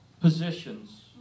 positions